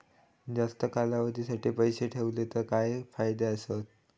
जास्त काळासाठी पैसे ठेवले तर काय फायदे आसत?